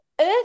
earth